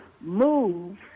move